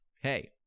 hey